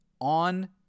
on